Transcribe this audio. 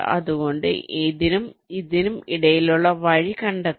അതുകൊണ്ട് ഇതിനും ഇതിനും ഇടയിലുള്ള വഴി കണ്ടെത്തണം